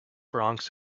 bronx